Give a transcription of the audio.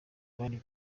van